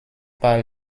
par